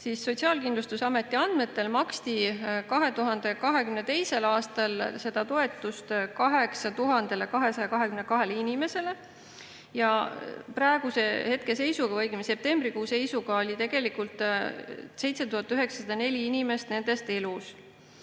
siis Sotsiaalkindlustusameti andmetel maksti 2022. aastal seda toetust 8222 inimesele. Praeguse hetke seisuga, õigemini septembrikuu seisuga oli tegelikult 7904 inimest nendest elus.